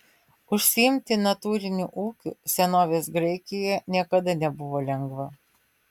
užsiimti natūriniu ūkiu senovės graikijoje niekada nebuvo lengva